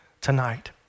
tonight